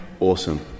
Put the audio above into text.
Awesome